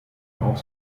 auch